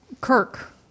Kirk